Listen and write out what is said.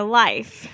life